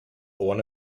one